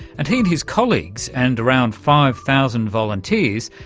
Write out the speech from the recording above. and he and his colleagues, and around five thousand volunteers,